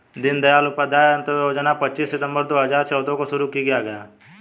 दीन दयाल उपाध्याय अंत्योदय योजना पच्चीस सितम्बर दो हजार चौदह को शुरू किया गया